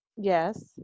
Yes